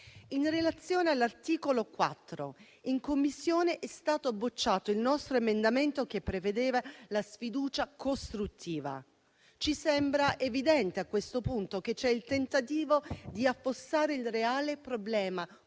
In relazione all'articolo 4, in Commissione è stato bocciato il nostro emendamento che prevedeva la sfiducia costruttiva. Ci sembra evidente, a questo punto, che c'è il tentativo di affossare il reale problema